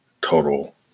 total